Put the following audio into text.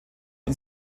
und